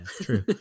true